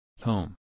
Home